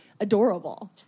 adorable